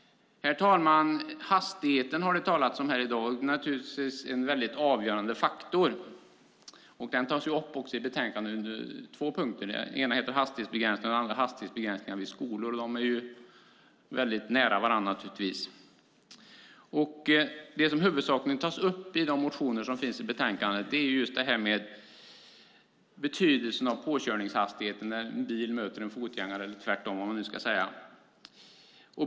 Herr talman! Hastigheten har det talats om här i dag. Det är naturligtvis en mycket avgörande faktor. Den tas upp också under två punkter i betänkandet. Den ena heter Hastighetsbegränsningar och den andra Hastighetsbegränsningar vid skolor. De är ju väldigt nära varandra naturligtvis. Det som huvudsakligen tas upp i de motioner som behandlas i betänkandet är just betydelsen av påkörningshastigheten när en bil möter en fotgängare, eller tvärtom.